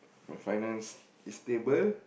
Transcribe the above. my finance is stable